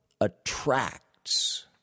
attracts